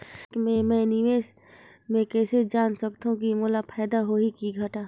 Bank मे मैं निवेश मे कइसे जान सकथव कि मोला फायदा होही कि घाटा?